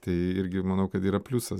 tai irgi manau kad yra pliusas